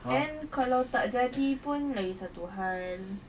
and kalau tak jadi pun lagi satu hal